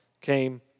came